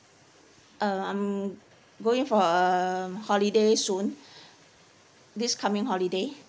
uh I'm going for um holiday soon this coming holiday